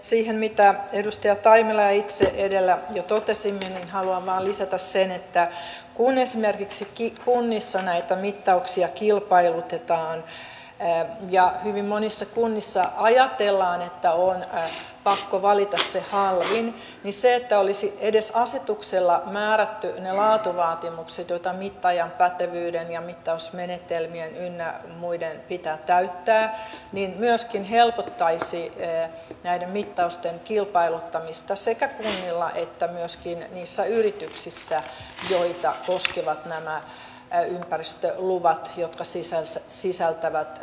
siihen mitä edustaja taimela ja itse edellä jo totesimme haluan vain lisätä sen että kun esimerkiksi kunnissa näitä mittauksia kilpailutetaan ja hyvin monissa kunnissa ajatellaan että on pakko valita se halvin niin se että olisi edes asetuksella määrätty ne laatuvaatimukset joita mittaajan pätevyyden ja mittausmenetelmien ynnä muiden pitää täyttää myöskin helpottaisi näiden mittausten kilpailuttamista sekä kunnissa että myöskin niissä yrityksissä joita koskevat nämä ympäristöluvat jotka sisältävät päästörajoja vesiin